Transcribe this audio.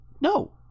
No